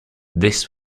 this